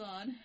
on